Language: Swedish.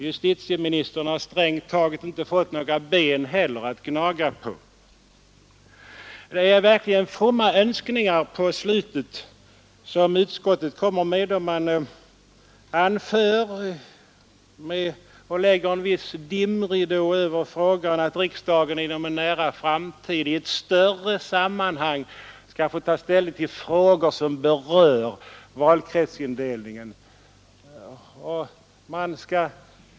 Justitieministern har strängt taget inte heller fått några ben att gnaga på. Det är verkligen fromma önskningar som utskottet anför på slutet, då man lägger en viss dimridå över frågan och säger att riksdagen inom en nära framtid kommer att i ett större sammanhang få ta ställning till frågor som berör valkretsindelningen.